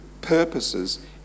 purposes